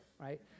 right